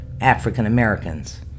African-Americans